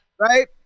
right